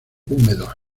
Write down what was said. húmedos